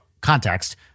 context